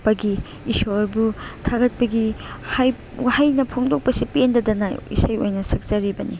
ꯄꯒꯤ ꯏꯁꯣꯔꯕꯨ ꯊꯥꯒꯠꯄꯒꯤ ꯋꯥꯍꯩꯅ ꯐꯣꯡꯗꯣꯛꯄꯁꯦ ꯄꯦꯟꯗꯗꯅ ꯏꯁꯩ ꯑꯣꯏꯅ ꯁꯛꯆꯔꯤꯕꯅꯤ